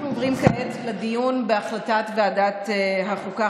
אנחנו עוברים כעת לדיון בהחלטת ועדת חוקה,